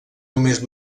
només